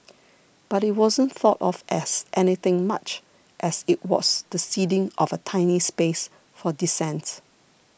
but it wasn't thought of as anything much as it was the ceding of a tiny space for dissent